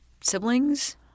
Siblings